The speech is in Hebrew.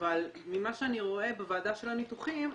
אבל ממה שאני רואה בוועדה של הניתוחים,